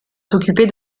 s’occuper